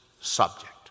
subject